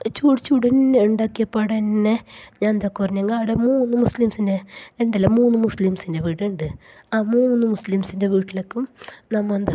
ചൂട് ചൂട് തന്നെ ഉണ്ടാക്കിയപാട് തന്നെ ഞാന് ഇതൊക്കെ അവിടെ മൂന്നു മുസ്ലീംസ് ഉണ്ട് രണ്ടല്ല മൂന്നു മുസ്ലീംസിന്റെ വീടുണ്ട് ആ മൂന്നു മുസ്ലീംസിന്റെ വീട്ടിലേക്കും നമ്മൾ